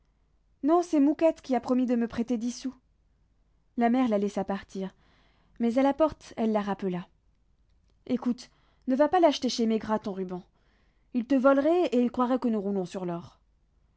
non c'est mouquette qui a promis de me prêter dix sous la mère la laissa partir mais à la porte elle la rappela écoute ne va pas l'acheter chez maigrat ton ruban il te volerait et il croirait que nous roulons sur l'or